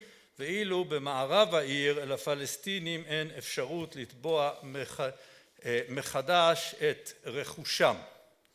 ואילו במערב העיר לפלסטינים אין אפשרות לתבוע מחדש את רכושם.